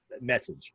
message